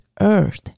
earth